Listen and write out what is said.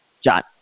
John